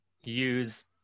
use